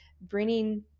bringing